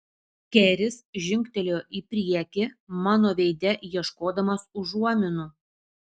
keris žingtelėjo į priekį mano veide ieškodamas užuominų